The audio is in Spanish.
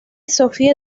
sophie